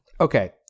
okay